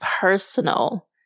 personal